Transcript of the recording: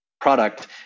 product